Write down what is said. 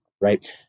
right